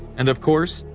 and of course,